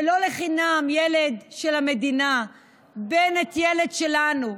ולא, לא לחינם, ילד של המדינה, בנט, ילד שלנו,